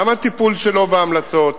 גם הטיפול שלו בהמלצות,